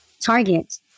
target